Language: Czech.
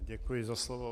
Děkuji za slovo.